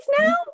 now